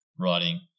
writing